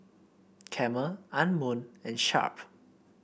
Camel Anmum and Sharp